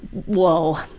whoa.